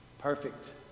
perfect